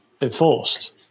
enforced